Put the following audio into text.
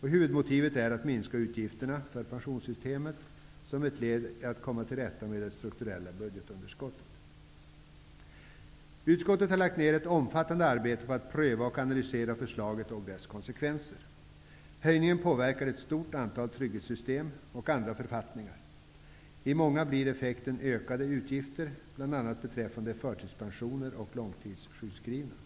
Huvudmotivet är att minska utgifterna för pensionssystemet som ett led i att komma till rätta med det strukturella budgetunderskottet. Utskottet har lagt ned ett omfattande arbete på att pröva och analysera förslaget och dess konsekvenser. Höjningen påverkar ett stort antal trygghetssystem och andra författningar. I många fall blir effekten ökade utgifter, bl.a. beträffande förtidspensioner och långtidssjukskrivningar.